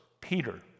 Peter